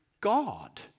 God